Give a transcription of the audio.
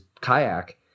kayak